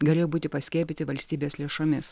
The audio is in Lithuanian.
galėjo būti paskiepyti valstybės lėšomis